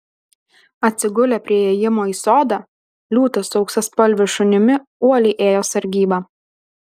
atsigulę prie įėjimo į sodą liūtas su auksaspalviu šunimi uoliai ėjo sargybą